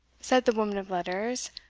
said the woman of letters,